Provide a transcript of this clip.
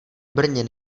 brně